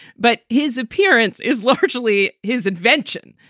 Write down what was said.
but his appearance is largely his invention.